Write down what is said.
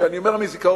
ואני אומר מזיכרון,